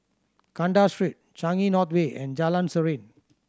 Kandahar Street Changi North Way and Jalan Serene